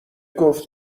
گفت